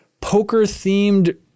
poker-themed